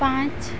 पाँच